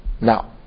Now